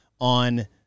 on